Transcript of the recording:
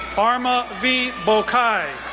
armah v. boakai,